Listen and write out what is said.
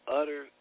utter